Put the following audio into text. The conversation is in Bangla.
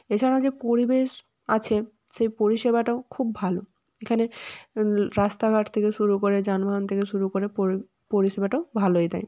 এছাড়াও যে পরিবেশ আছে সে পরিষেবাটাও খুব ভাল এখানে রাস্তাঘাট থেকে শুরু করে যানবাহন থেকে শুরু করে পরিষেবাটাও ভালোই দেয়